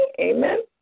Amen